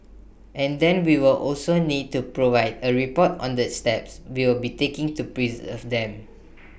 and then we will also need to provide A report on the steps we will be taking to preserve them